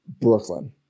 Brooklyn